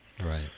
Right